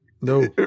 No